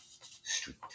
street